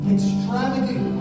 Extravagant